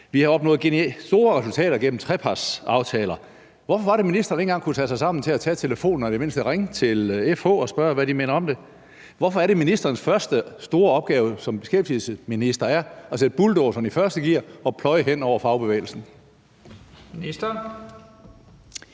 Vi har opnået store resultater gennem trepartsaftaler. Hvorfor var det, ministeren ikke engang kunne tage sig sammen til at tage telefonen og i det mindste ringe til FH og spørge, hvad de mener om det? Hvorfor er det, ministerens første store opgave som beskæftigelsesminister er at sætte bulldozeren i første gear og pløje hen over fagbevægelsen? Kl.